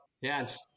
Yes